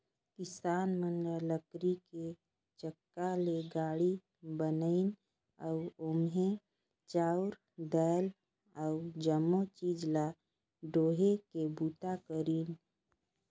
किसान मन ह लकरी के चक्का ले गाड़ी बनाइन अउ ओम्हे चाँउर दायल अउ जमो चीज ल डोहे के बूता करिन